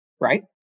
right